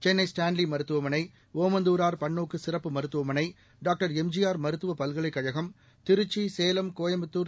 Chennai Stanley மருத்துவமனை ஓமந்தூரார் பன்னோக்கு சிறப்பு மருத்துவமனை டாக்டர் எம்ஜிஆர் மருத்துவப் பல்கலைக் கழகம் திருச்சி சேலம் கோயம்புத்தூர்